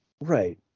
Right